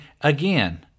again